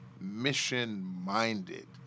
mission-minded